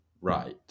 right